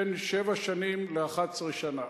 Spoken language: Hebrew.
של בין שבע שנים ל-11 שנה.